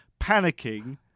panicking